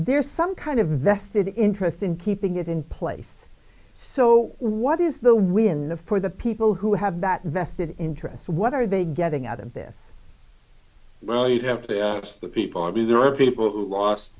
there's some kind of vested interest in keeping it in place so what is the win for the people who have that vested interest what are they getting out of death well you'd have to ask the people i mean there are people who lost